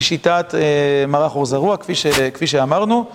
בשיטת מערך אור זרוע, כפי שאמרנו.